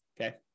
Okay